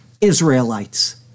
Israelites